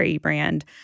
brand